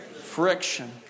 friction